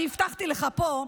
אני הבטחתי לך פה,